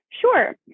sure